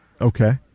Okay